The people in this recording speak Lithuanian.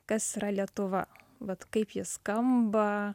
kas yra lietuva vat kaip ji skamba